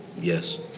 Yes